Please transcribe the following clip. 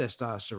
testosterone